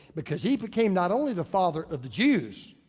because he became not only the father of the jews,